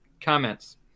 comments